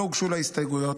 לא הוגשו לה הסתייגויות.